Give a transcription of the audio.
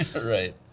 Right